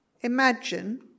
imagine